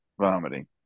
vomiting